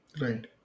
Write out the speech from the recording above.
right